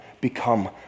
become